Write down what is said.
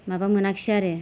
माबा मोनाखिसै आरो